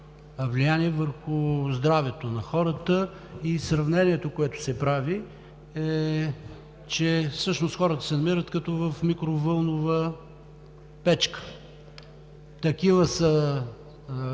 влияние върху здравето на хората. Сравнението, което се прави, е, че всъщност хората се намират като в микровълнова печка. Такива са